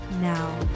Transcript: now